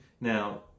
Now